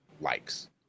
likes